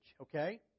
okay